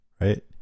right